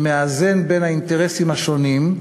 שמאזן בין האינטרסים השונים,